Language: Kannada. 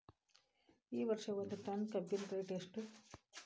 ಈ ವರ್ಷ ಒಂದ್ ಟನ್ ಕಬ್ಬಿನ ರೇಟ್ ಎಷ್ಟು?